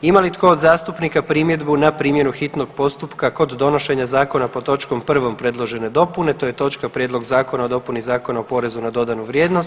Ima li tko od zastupnika primjedbu na primjenu hitnog postupka kod donošenja zakona pod točkom 1. predložene dopune, to je točka Prijedlog Zakona o dopuni Zakon o porezu na dodanu vrijednost.